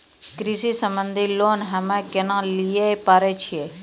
कृषि संबंधित लोन हम्मय केना लिये पारे छियै?